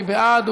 מי בעד?